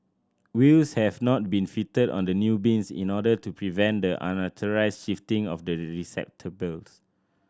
wheels have not been fitted on the new bins in order to prevent the unauthorised shifting of the receptacles